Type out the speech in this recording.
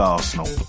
Arsenal